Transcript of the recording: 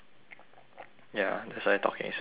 ya that's why talking slowly what